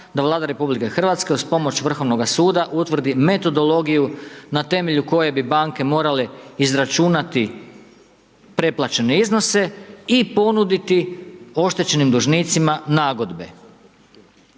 da Vlada RH uz pomoć Vrhovnog suda utvrdi metodologiju na temelju koje bi banke morale izračunati preplaćene iznose i ponuditi oštećenim dužnicima nagodbe.